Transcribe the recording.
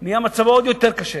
מצבו נהיה עוד יותר קשה.